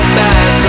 back